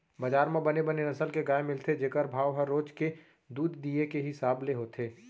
बजार म बने बने नसल के गाय मिलथे जेकर भाव ह रोज के दूद दिये के हिसाब ले होथे